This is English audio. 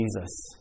Jesus